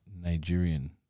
Nigerian